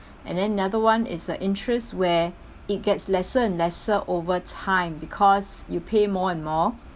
and then another [one] is the interest where it gets lesser and lesser overtime because you pay more and more